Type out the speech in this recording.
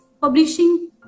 publishing